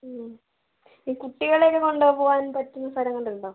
ഈ കുട്ടികളെ ഒക്കെ കൊണ്ടുപോകുവാൻ പറ്റുന്ന സ്ഥലങ്ങൾ ഉണ്ടോ